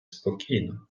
спокійно